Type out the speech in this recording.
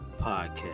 Podcast